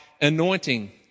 anointing